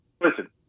listen